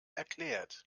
erklärt